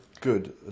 good